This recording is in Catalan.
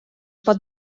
pot